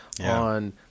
on –